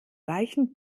reichen